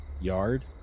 yard